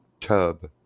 tub